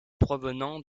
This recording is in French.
provenant